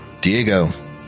Diego